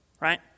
right